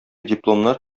дипломнар